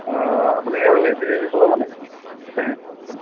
আপুনি আৰু A C চে চি চলাব নাই